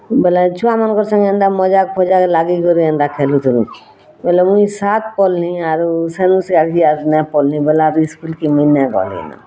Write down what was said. ବେଲେ ଛୁଆ ମାନକର୍ ସାଙ୍ଗେ ଏନ୍ତା ମଜାକ୍ ଫଜାକ୍ ଲାଗିକରି ଏନ୍ତା ଖେଲୁଥିଲୁଁ ବେଲେ ମୁଇଁ ସାତ୍ ପଢ଼ଲିଁ ଆରୁ ସେନୁ ସେ ଆଡ଼କେ ଆଉ ନେଇଁ ପଢ଼ଲି ବେଲେ ସ୍କୁଲ୍ କେ ମୁଇଁ ଆଉ ନାଇଁ ଗଲି ନ